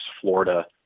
Florida